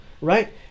right